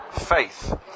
faith